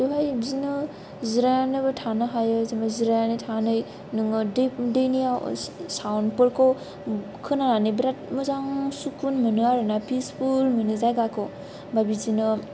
बावहाय बिदिनो जिरायनानैबाबो थानो हायो जिरायनानै थानानै नोङो दैनि आवाज साउन्डफोरखौ खोनानै बिराद मोजां सुकुन मोनो आरो ना पिसफुल मोनो जायगाखौ आमफ्राय बिदिनो